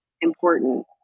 important